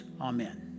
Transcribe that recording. Amen